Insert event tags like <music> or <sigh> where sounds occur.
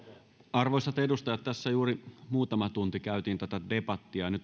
arvoisat edustajat tässä juuri muutama tunti käytiin tätä debattia ja <unintelligible>